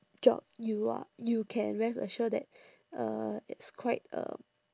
job you are you can rest assure that uh it's quite um